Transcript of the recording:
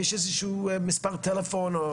יש מספר טלפון?